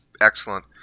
excellent